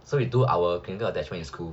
so we do our clinical attachment in school